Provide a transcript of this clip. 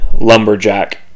Lumberjack